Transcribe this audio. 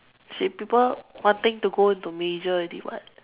she people wanting to go into major already [what]